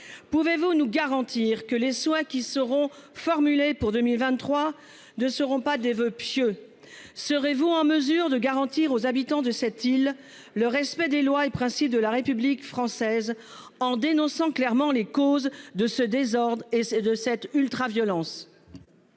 Pouvez-vous nous garantir que les soit qui seront formulées pour 2023 2 seront pas des voeux pieux. Serez-vous en mesure de garantir aux habitants de cette île. Le respect des lois et principes de la République française en dénonçant clairement les causes de ce désordre et c'est de cette ultra-violence.--